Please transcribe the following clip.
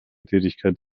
tätigkeit